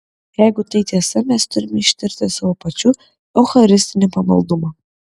jeigu tai tiesa mes turime ištirti savo pačių eucharistinį pamaldumą